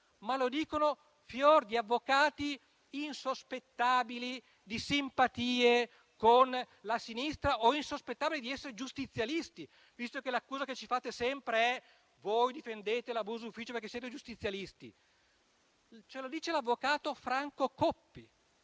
ma lo dicono fior di avvocati insospettabili di avere simpatie per la sinistra o di essere giustizialisti, visto che l'accusa che ci fate sempre è di difendere l'abuso ufficio perché siamo giustizialisti. L'avvocato Franco Coppi